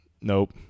nope